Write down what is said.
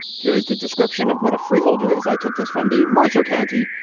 here is the description of what a freeholder is. i took this from the mercer county,